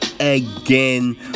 again